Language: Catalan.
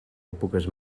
èpoques